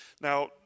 Now